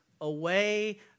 away